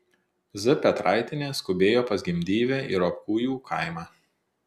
z petraitienė skubėjo pas gimdyvę į ropkojų kaimą